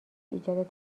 ایجاد